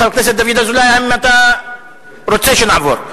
חבר הכנסת דוד אזולאי, האם אתה רוצה שנעבור?